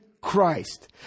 Christ